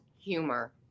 humor